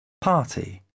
Party